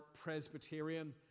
Presbyterian